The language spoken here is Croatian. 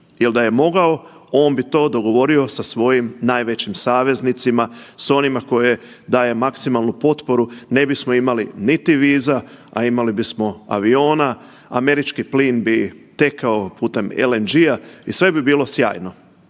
jer da je mogao on bi to dogovorio sa svojim najvećim saveznicima sa onima koje daje maksimalnu potporu ne bismo imali niti viza, a imali bismo aviona, američki plin bi tekao putem LNG-a i sve bi bio sjajno.